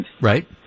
right